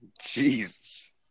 Jesus